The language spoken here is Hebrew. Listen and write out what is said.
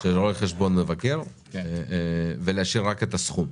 של רואה חשבון מבקר ולהשאיר רק את הסכום.